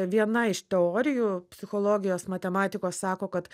viena iš teorijų psichologijos matematikos sako kad